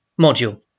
module